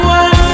one